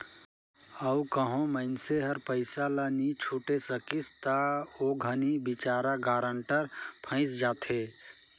अउ कहों मइनसे हर पइसा ल नी छुटे सकिस ता ओ घनी बिचारा गारंटर फंइस जाथे